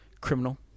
criminal